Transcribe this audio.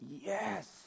yes